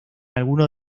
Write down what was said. algunos